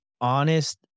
honest